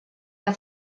der